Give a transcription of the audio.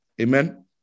Amen